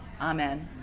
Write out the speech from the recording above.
Amen